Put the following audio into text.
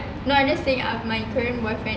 ya I'm just saying out of my current boyfriend